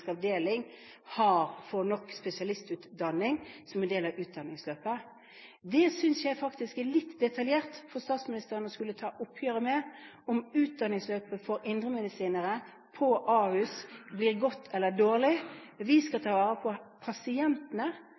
avdeling får nok spesialistutdanning som en del av utdanningsløpet. Det synes jeg faktisk er litt for detaljert for statsministeren å skulle ta oppgjør med – om utdanningsløpet for indremedisinere på Ahus blir godt eller dårlig. Vi skal ta vare på pasientene,